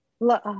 love